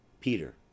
Peter